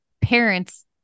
parents